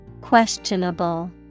Questionable